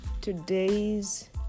today's